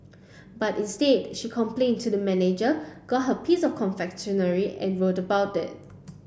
but instead she complained to the manager got her piece of confectionery and wrote about it